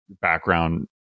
background